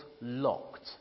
locked